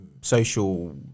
social